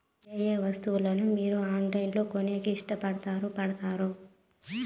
ఏయే వస్తువులను మీరు ఆన్లైన్ లో కొనేకి ఇష్టపడుతారు పడుతారు?